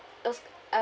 it was uh